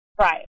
Right